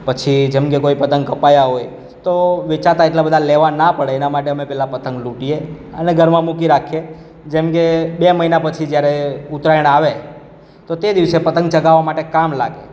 પછી જેમ કે કોઈ પતંગ કપાયા હોય તો વેચાતા એટલા બધા લેવા ન પડે એના માટે અમે પહેલા લૂંટીએ અને ઘરમાં મૂકી રાખીએ જેમ કે મહિના પછી જ્યારે ઉત્તરાયણ આવે તો તે દિવસે પતંગ ચગાવવા માટે કામ લાગે